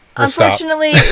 Unfortunately